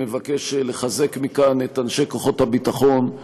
אני מבקש לחזק מכאן את אנשי כוחות הביטחון,